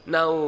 Now